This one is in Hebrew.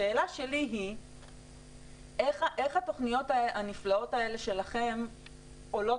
השאלה שלי היא איך התוכניות הנפלאות האלה שלכם עולות